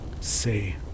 Say